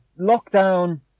lockdown